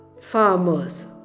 farmers